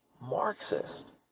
Marxist